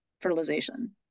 fertilization